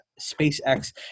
SpaceX